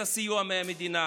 את הסיוע מהמדינה.